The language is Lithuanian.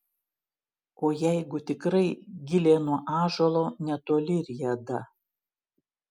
o jeigu tikrai gilė nuo ąžuolo netoli rieda